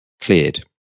cleared